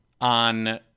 on